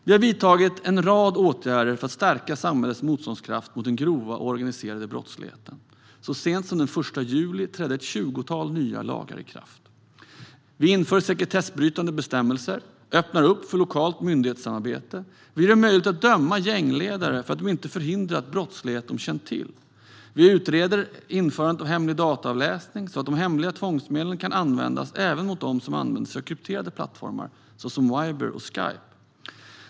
Vi har vidtagit en rad åtgärder för att stärka samhällets motståndskraft mot den grova organiserade brottsligheten. Så sent som den 1 juli trädde ett tjugotal nya lagar i kraft. Vi inför sekretessbrytande bestämmelser och öppnar upp för lokalt myndighetssamarbete. Vi gör det möjligt att döma gängledare för att de inte har förhindrat brottslighet som de känner till. Vi utreder införandet av hemlig dataavläsning så att de hemliga tvångsmedlen kan användas även mot dem som använder sig av krypterade plattformar såsom Viber och Skype.